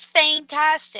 Fantastic